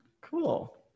Cool